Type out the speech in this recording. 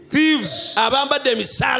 Thieves